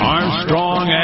Armstrong